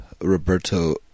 Roberto